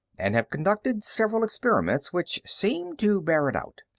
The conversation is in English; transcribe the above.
and have conducted several experiments which seem to bear it out.